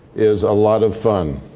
is a lot of fun.